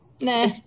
Nah